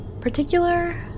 Particular